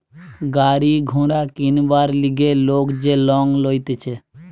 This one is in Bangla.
গাড়ি ঘোড়া কিনবার লিগে লোক যে লং লইতেছে